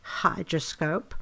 Hydroscope